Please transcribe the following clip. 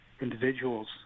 individuals